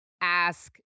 ask